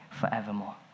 forevermore